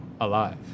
alive